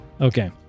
Okay